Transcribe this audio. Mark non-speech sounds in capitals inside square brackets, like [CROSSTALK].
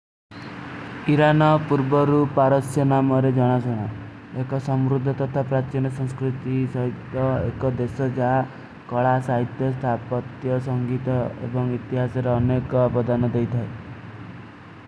ହୀରାନ, ପୁର୍ବରୂ, ପାରସ୍ଯନ, ମେରେ ଜନାସ ହୋନା। ଏକ ସମ୍ରୁଦ୍ଧ ତତା ପ୍ରାଚ୍ଯନ ସଂସ୍କୃତି ସହିତ। ଏକ ଦେଶା ଜା, କଳା, ସାହିତେ, ସ୍ଥାପତ୍ଯ, ସଂଗୀତ, ଏବଂଗ ଇତିଯାସେର ଅନେକ ବଦାନ ଦୈତ ହୈ। [UNINTELLIGIBLE]